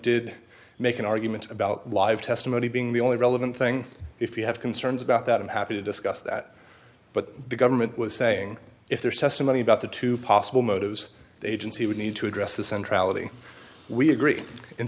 did make an argument about live testimony being the only relevant thing if you have concerns about that i'm happy to discuss that but the government was saying if there's testimony about the two possible motives agency would need to address the centrally we agree and